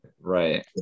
right